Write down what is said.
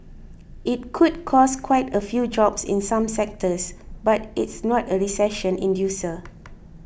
it could cost quite a few jobs in some sectors but it's not a recession inducer